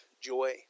joy